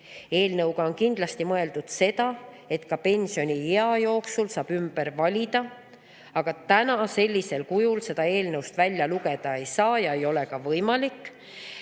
Eelnõuga on kindlasti mõeldud seda, et ka pensioniea jooksul saab seda ümber teha ja valida. Aga täna seda sellisel kujul seda eelnõust välja lugeda ei saa, see ei ole ka võimalik.